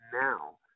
now